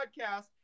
podcast